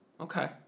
Okay